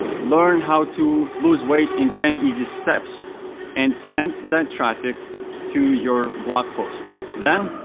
learn how to lose weight in ten easy steps and send that traffic to your blog post. then,